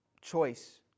choice